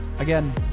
Again